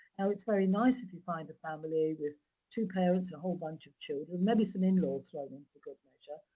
now, it's very nice if you find a family with two parents, and a whole bunch of children, maybe some in-laws thrown in for good measure.